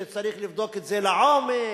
שצריך לבדוק את זה לעומק,